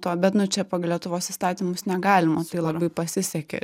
to bet nu čia pagal lietuvos įstatymus negalima tai labai pasisekė